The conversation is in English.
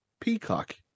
Peacock